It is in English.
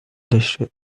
district